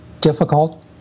difficult